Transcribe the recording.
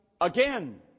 again